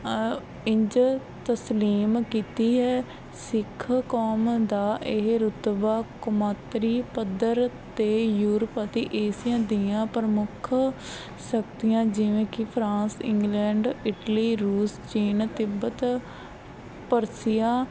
ਇੰਝ ਤਸਲੀਮ ਕੀਤੀ ਹੈ ਸਿੱਖ ਕੌਮ ਦਾ ਇਹ ਰੁਤਬਾ ਕੌਮਾਂਤਰੀ ਪੱਧਰ 'ਤੇ ਯੂਰਪ ਅਤੇ ਏਸ਼ੀਆ ਦੀਆਂ ਪ੍ਰਮੁੱਖ ਸ਼ਕਤੀਆਂ ਜਿਵੇਂ ਕਿ ਫਰਾਂਸ ਇੰਗਲੈਂਡ ਇਟਲੀ ਰੂਸ ਚੀਨ ਤਿਬਤ ਪਰਸੀਆ